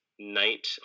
Night